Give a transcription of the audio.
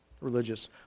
religious